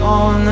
on